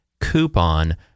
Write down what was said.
coupon